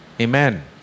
Amen